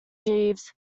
jeeves